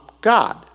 God